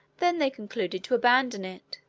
then they concluded to abandon it,